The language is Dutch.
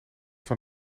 van